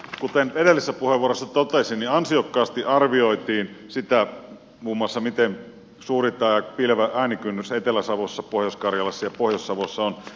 kuten edellisessä puheenvuorossa totesin ansiokkaasti arvioitiin sitä muun muassa miten suuri tämä piilevä äänikynnys etelä savossa pohjois karjalassa ja pohjois savossa on